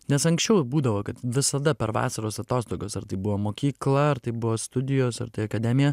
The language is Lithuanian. nes anksčiau būdavo kad visada per vasaros atostogas ar tai buvo mokykla ar tai buvo studijos ar tai akademija